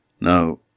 Now